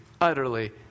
utterly